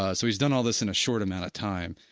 ah so he's done all this in a short amount of time,